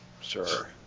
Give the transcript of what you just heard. Sure